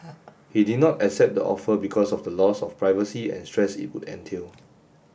he did not accept the offer because of the loss of privacy and stress it would entail